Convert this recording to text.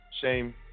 shame